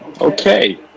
Okay